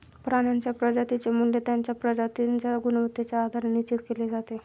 प्राण्यांच्या प्रजातींचे मूल्य त्यांच्या प्रजातींच्या गुणवत्तेच्या आधारे निश्चित केले जाते